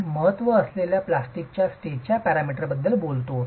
आम्ही महत्त्व असलेल्या प्लास्टिकच्या स्टेज पॅरामीटर्सबद्दल बोललो